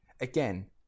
again